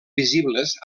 visibles